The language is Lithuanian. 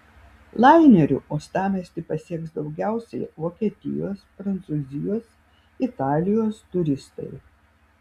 laineriu uostamiestį pasieks daugiausiai vokietijos prancūzijos italijos turistai